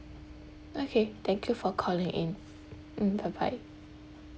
okay thank you for calling in mm bye bye